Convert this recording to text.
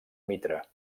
mitra